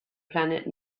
planet